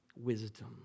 wisdom